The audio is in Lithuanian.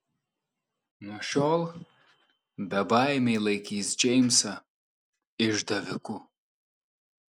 nuo šiol bebaimiai laikys džeimsą išdaviku